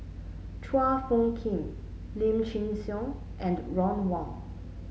Chua Phung Kim Lim Chin Siong and Ron Wong